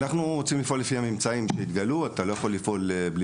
אנחנו רוצים לפעול בהתאם לממצאים שיתגלו עד תום תקופת